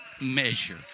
measure